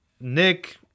Nick